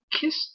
Kiss